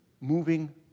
moving